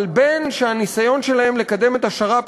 אבל בין שהניסיון שלהם לקדם את השר"פ